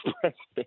president